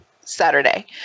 Saturday